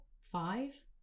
five